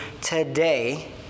today